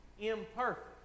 imperfect